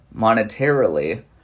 monetarily